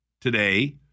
today